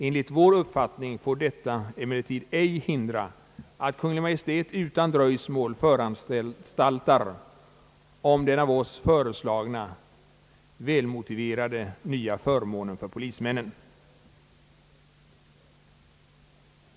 Enligt vår uppfatining bör detta emellertid ej hindra, att Kungl. Maj:t utan dröjsmål föranstaltar om den av oss föreslagna välmotiverade nya förmånen för polismännen.